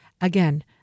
Again